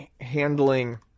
handling